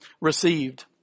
received